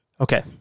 Okay